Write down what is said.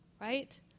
right